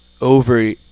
over